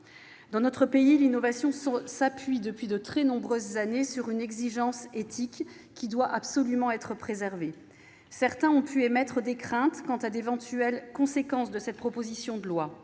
Dans notre pays, l'innovation s'appuie depuis de très nombreuses années sur une exigence éthique, qui doit absolument être préservée. Certains ont pu émettre des craintes quant à d'éventuelles conséquences de cette proposition de loi.